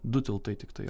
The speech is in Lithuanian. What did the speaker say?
du tiltai tiktai